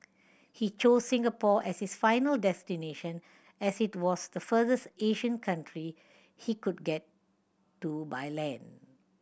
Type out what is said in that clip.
he chose Singapore as his final destination as it was the furthest Asian country he could get to by land